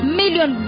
million